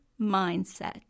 mindset